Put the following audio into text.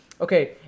Okay